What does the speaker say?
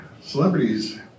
celebrities